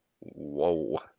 Whoa